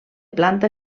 planta